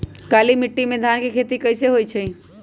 काली माटी में धान के खेती कईसे होइ छइ?